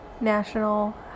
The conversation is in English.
National